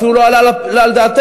אפילו לא עלה על דעתנו,